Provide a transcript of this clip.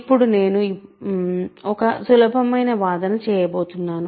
ఇప్పుడు నేను ఇప్పుడు ఒక సులభమైన వాదన చేయబోతున్నాను